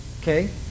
okay